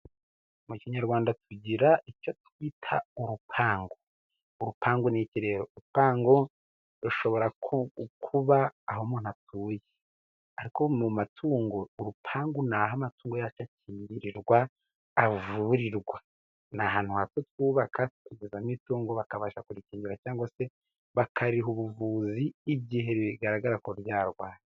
Mu kinyarwanda tugira icyo twita urupangu. Urupangu n'iki rero? urupango rushobora kuba aho umuntu atuye, ariko mu matungo, urupangu ni aho amatungo yacu akingirirwa, avurirwa. Ni ahantu hato twubaka, tukinjizamo itungo, bakabasha kurikingira cyangwa se bakariha ubuvuzi, igihe bigaragara ko ryarwaye.